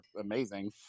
amazing